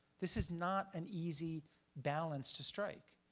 this is not an easy balance to strike.